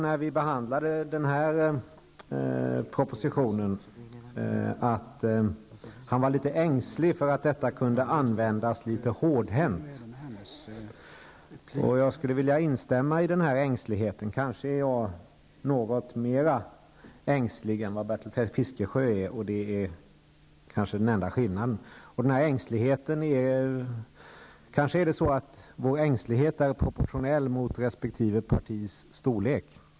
När vi behandlade den här propositionen sade han att han var litet ängslig för att bestämmelserna kunde användas litet hårdhänt. Jag skulle vilja instämma i det. Kanske är jag något mer ängslig än vad Bertil Fiskesjö är, och det är kanske den enda skillnaden. Kanske är det så att vår ängslighet är proportionell i förhållande till resp. partis storlek.